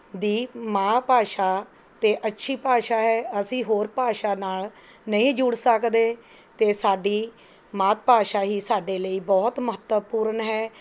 ਦੀ ਮਾਂ ਭਾਸ਼ਾ ਅਤੇ ਅੱਛੀ ਭਾਸ਼ਾ ਹੈ ਅਸੀਂ ਹੋਰ ਭਾਸ਼ਾ ਨਾਲ਼ ਨਹੀਂ ਜੁੜ ਸਕਦੇ ਅਤੇ ਸਾਡੀ ਮਾਤ ਭਾਸ਼ਾ ਹੀ ਸਾਡੇ ਲਈ ਬਹੁਤ ਮਹੱਤਵਪੂਰਨ ਹੈ